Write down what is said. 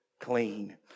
clean